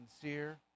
sincere